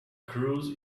cruise